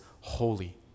holy